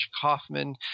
Kaufman